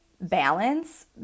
balance